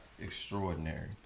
extraordinary